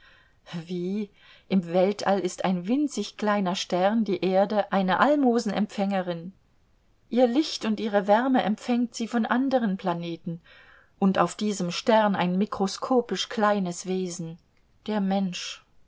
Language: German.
wie im weltall ist ein winzig kleiner stern die erde eine almosenempfängerin ihr licht und ihre wärme empfängt sie von andern planeten und auf diesem stern ein mikroskopisch kleines wesen der mensch